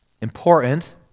important